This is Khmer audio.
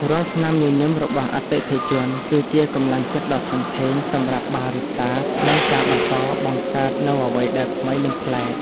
រាល់ស្នាមញញឹមរបស់អតិថិជន គឺជាកម្លាំងចិត្តដ៏ធំធេងសម្រាប់បារីស្តាក្នុងការបន្តបង្កើតនូវអ្វីដែលថ្មី និងប្លែក។